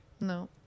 No